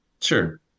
Sure